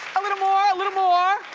a little more! a little more!